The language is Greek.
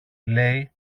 λέει